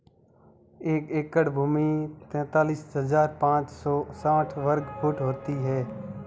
एक एकड़ भूमि तैंतालीस हज़ार पांच सौ साठ वर्ग फुट होती है